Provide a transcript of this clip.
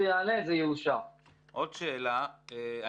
עאידה את רוצה לומר משהו?